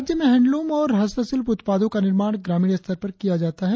राज्य में हैंडलूम और हस्तशिल्प उत्पादो का निर्माण ग्रामीण स्तर पर किया जाता है